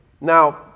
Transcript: Now